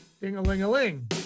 ding-a-ling-a-ling